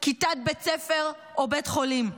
כיתת בית ספר או בית חולים.